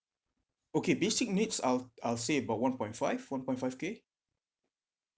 okay basic needs I'll I'll say about one point five one point five K